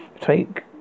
take